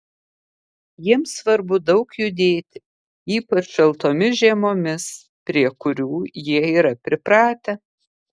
jiems svarbu daug judėti ypač šaltomis žiemomis prie kurių jie yra pripratę